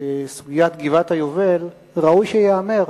בסוגיית גבעת-היובל ראוי שייאמר,